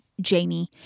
Jamie